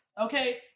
Okay